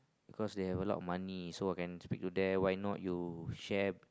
cause they have a lot of money so I can speak to them why not you shape